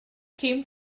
came